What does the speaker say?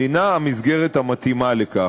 אינה המסגרת המתאימה לכך.